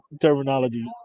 terminology